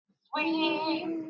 sweet